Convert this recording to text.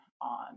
on